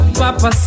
papa